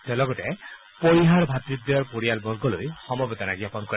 তেওঁ লগতে পৰিহাৰ ভাতৃদ্বয়ৰ পৰিয়ালবৰ্গলৈ সমবেদনা জ্ঞাপন কৰে